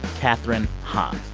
kathryn hahn.